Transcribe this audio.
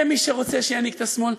זה מי שרוצה להנהיג את השמאל?